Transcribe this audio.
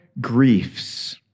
griefs